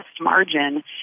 margin